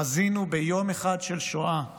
חזינו ביום אחד של שואה כאן,